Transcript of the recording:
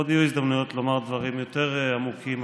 עוד יהיו הזדמנויות לומר דברים יותר עמוקים,